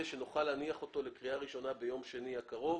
שנוכל להניח אותו לקריאה ראשונה ביום שני הקרוב,